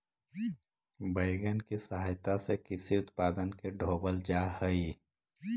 wagon के सहायता से कृषि उत्पादन के ढोवल जा हई